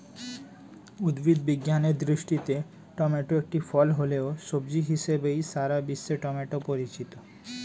উদ্ভিদ বিজ্ঞানের দৃষ্টিতে টমেটো একটি ফল হলেও, সবজি হিসেবেই সারা বিশ্বে টমেটো পরিচিত